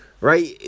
Right